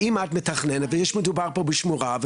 אם את מתכננת ומדובר פה בשמורה,